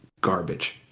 garbage